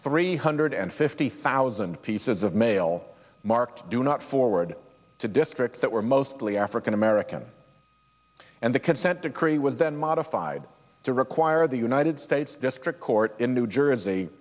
three hundred and fifty thousand pieces of mail marked do not forward to districts that were mostly african american and the consent decree was then modified to require the united states district court in new jersey